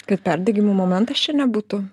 kad perdegimo momentas čia nebūtų